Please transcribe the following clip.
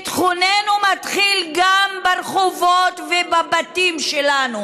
שביטחוננו מתחיל גם ברחובות ובבתים שלנו.